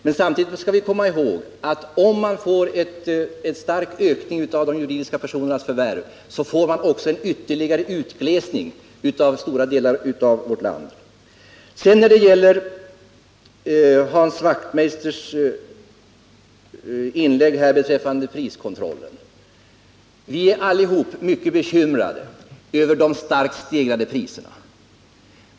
Men samtidigt skall vi komma ihåg att om man får en stark ökning av de juridiska personernas förvärv, så får man också en ytterligare utglesning av stora delar av vårt land. Hans Wachtmeister talade om priskontrollen. Vi är alla mycket bekymrade över de starkt stegrade priserna.